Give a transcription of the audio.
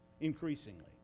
increasingly